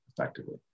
effectively